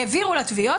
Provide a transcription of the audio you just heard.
העבירו לתביעות,